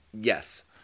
Yes